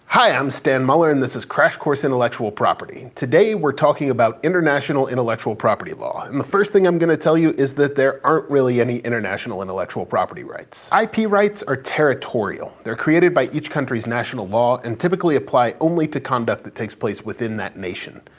hi, i'm stan muller, and this is crash course intellectual property. today, we're talking about international intellectual property law, and the first thing i'm gonna tell you is that there aren't really any international intellectual property rights. ip rights are territorial. they're created by each country's national law, and typically apply only to conduct that takes place within that nation.